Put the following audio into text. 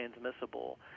transmissible